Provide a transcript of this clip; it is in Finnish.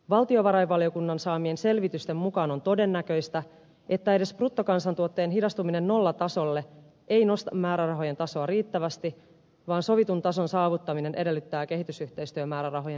valtiovarainvaliokunnan saamien selvitysten mukaan on todennäköistä että edes bruttokansantuotteen hidastuminen nollatasolle ei nosta määrärahojen tasoa riittävästi vaan sovitun tason saavuttaminen edellyttää kehitysyhteistyömäärärahojen lisäämistä